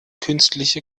künstliche